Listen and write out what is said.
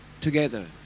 together